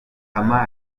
hamadi